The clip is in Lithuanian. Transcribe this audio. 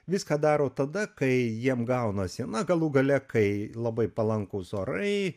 viską daro tada kai jiems gaunasi na galų gale kai labai palankūs orai